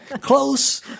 close